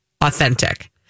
authentic